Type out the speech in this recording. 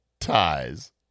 ties